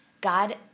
God